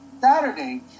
Saturday